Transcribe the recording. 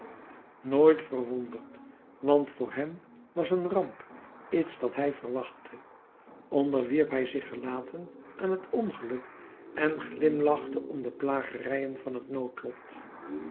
nooit verwonderd want voor hem was een ramp iets dat hij verwachtte onderwierp hij zich gelaten aan het ongeluk en glimlachte om de plagerijen van het noodlot